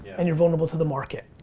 and you're vulnerable to the market.